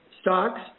stocks